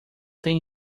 tem